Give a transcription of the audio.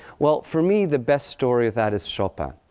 well, for me, the best story of that is chopin.